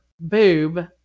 boob